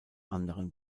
anderen